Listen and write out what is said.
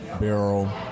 barrel